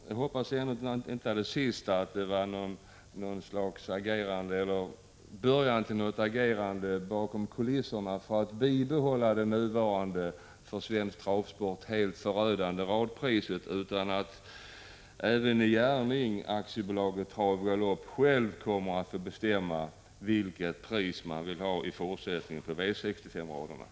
Jag hoppas att det sista statsrådet sade inte var inledningen på något agerande bakom kulisserna för att bibehålla det nuvarande, för svensk travsport helt förödande radpriset, utan att man i Aktiebolaget Trav och Galopp i gärning själv kommer att få bestämma vilket pris man vill ha på V 65-raderna i fortsättningen.